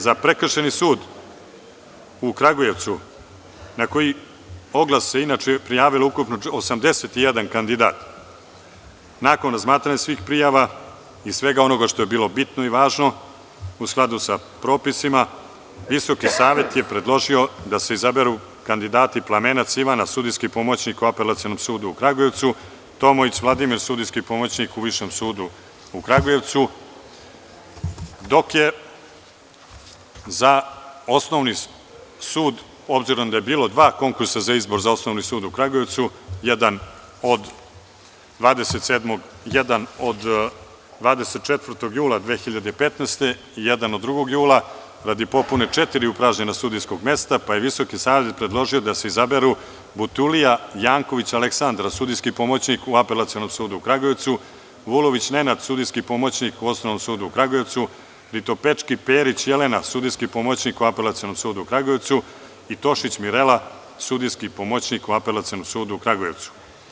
Za Prekršajni sud u Kragujevcu, na koji se oglas inače prijavilo ukupno 81 kandidat, nakon razmatranja svih prijava i svega onoga što je bilo bitno i važno, u skladu sa propisima VSS je predložio da se izaberu kandidati Plamenac Ivana, sudijski pomoćnik u Apelacionom sudu u Kragujevcu, Tomović Vladimir, sudijski pomoćnik u Višem sudu u Kragujevcu, dok je za Osnovni sud, obzirom da je bilo dva konkursa za izbor za Osnovni sud u Kragujevcu, jedan od 24. jula 2015. godine i jedan od 2. jula 2015. godine, radi popune četiri upražnjena sudijska mesta, pa je VSS predložio da se izaberu Butulija Janković Aleksandra, sudijski pomoćnik u Apelacionom sudu u Kragujevcu, Vulović Nenad, sudijski pomoćnik u Osnovnom sudu u Kragujevcu, Ritopečki Perić Jelena, sudijski pomoćnik u Apelacionom sudu u Kragujevcu i Tošić Mirela, sudijski pomoćnik u Apelacionom sudu u Kragujevcu.